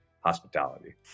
hospitality